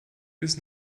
bis